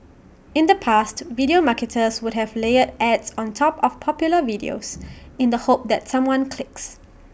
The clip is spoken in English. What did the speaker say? in the past video marketers would have layered ads on top of popular videos in the hope that someone clicks